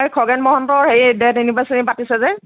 খগেন মহন্তৰ হেৰি death anniversary পাতিছে যে